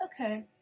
Okay